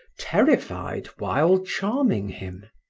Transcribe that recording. terrified while charming him.